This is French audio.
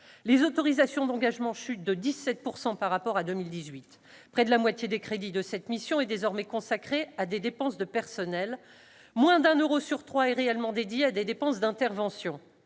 Les autorisations d'engagement chutent de 17 % par rapport à 2018. Près de la moitié des crédits de la mission sont désormais consacrés à des dépenses de personnel. Moins d'un euro sur trois est réellement dédié à des dépenses d'intervention.